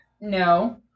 no